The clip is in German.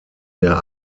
der